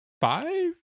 five